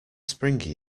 springy